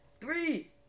Three